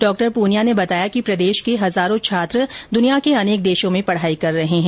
डॉ पूनिया ने बताया कि प्रदेश के हजारों छात्र दुनिया के अनेक देशों में पढाई कर रहे है